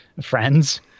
friends